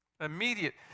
Immediate